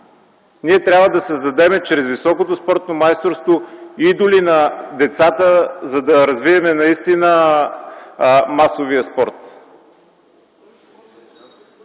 Ние трябва да създадем чрез високото спортно майсторство идоли на децата, за да развием наистина масовия спорт.